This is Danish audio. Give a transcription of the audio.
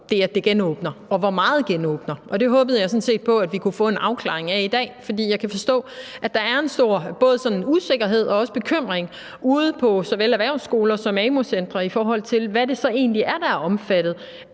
betyder, at det genåbner, og hvor meget det genåbner. Det håbede jeg sådan set på at vi kunne få en afklaring af i dag. For jeg kan forstå, at der er en stor usikkerhed og bekymring ude på såvel erhvervsskoler som amu-centre i forhold til, hvad det så er,